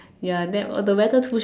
ya nap orh the weather too